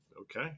Okay